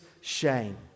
shame